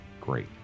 Great